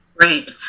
right